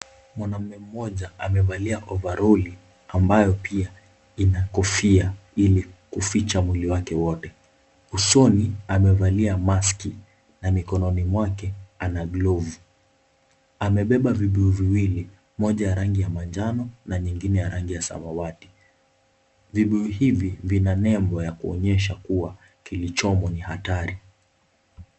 Mwanamume mmoja, amevalia ovaroli ambayo pia ina kofia ili kuficha mwili wake wote. Usoni amevalia maski, na mikononi mwake ana glovu. Amebeba vibuyu viwili moja rangi ya manjano, na nyingine ya rangi ya samawati. Vibuyu hivi vina nembo ya kuonyesha kuwa kilichomo ni hatari.